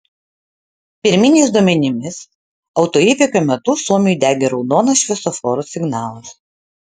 pirminiais duomenimis autoįvykio metu suomiui degė raudonas šviesoforo signalas